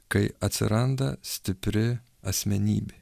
kai atsiranda stipri asmenybė